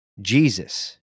Jesus